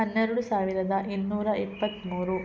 ಹನ್ನೆರಡು ಸಾವಿರದ ಇನ್ನೂರ ಇಪ್ಪತ್ತಮೂರು